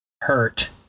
Hurt